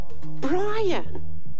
Brian